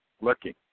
Looking